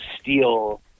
steal